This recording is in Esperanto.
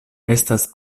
estas